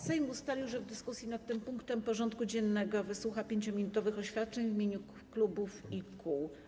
Sejm ustalił, że w dyskusji nad tym punktem porządku dziennego wysłucha 5-minutowych oświadczeń w imieniu klubów i kół.